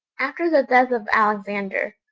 after the death of alexander,